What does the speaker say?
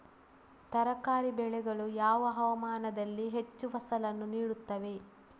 ತರಕಾರಿ ಬೆಳೆಗಳು ಯಾವ ಹವಾಮಾನದಲ್ಲಿ ಹೆಚ್ಚು ಫಸಲನ್ನು ನೀಡುತ್ತವೆ?